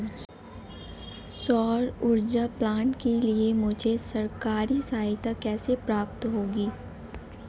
सौर ऊर्जा प्लांट के लिए मुझे सरकारी सहायता कैसे प्राप्त होगी?